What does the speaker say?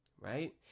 right